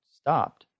stopped